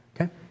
okay